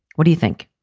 what do you think?